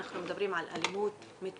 אנחנו מדברים על אלימות מתמשכת,